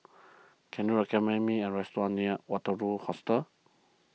can you recommend me a restaurant near Waterloo Hostel